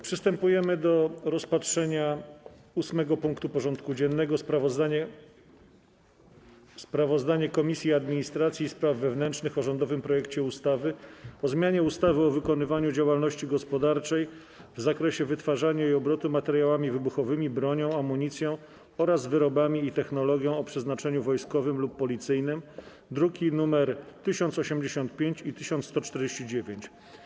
Przystępujemy do rozpatrzenia punktu 8. porządku dziennego: Sprawozdanie Komisji Administracji i Spraw Wewnętrznych o rządowym projekcie ustawy o zmianie ustawy o wykonywaniu działalności gospodarczej w zakresie wytwarzania i obrotu materiałami wybuchowymi, bronią, amunicją oraz wyrobami i technologią o przeznaczeniu wojskowym lub policyjnym (druki nr 1085 i 1149)